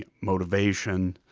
ah motivation.